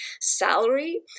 salary